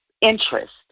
interest